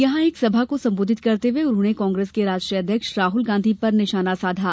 यहां एक सभा को सम्बोधित करते हए कांग्रेस के राष्ट्रीय अध्यक्ष राहल गांधी पर निशाना साधा